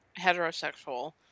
heterosexual